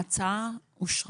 ההצעה אושרה.